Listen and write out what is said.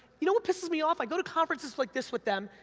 you know what pisses me off? i go to conferences like this with them,